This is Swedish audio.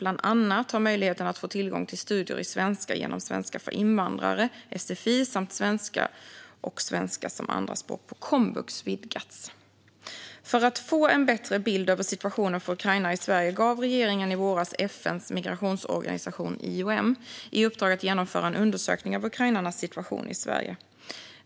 Bland annat har möjligheten att få tillgång till studier i svenska genom svenska för invandrare, sfi, samt svenska och svenska som andraspråk på komvux vidgats. För att få en bättre bild över situationen för ukrainare i Sverige gav regeringen i våras FN:s migrationsorganisation IOM i uppdrag att genomföra en undersökning av ukrainarnas situation i Sverige.